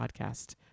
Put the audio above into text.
podcast